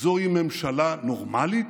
זו ממשלה נורמלית,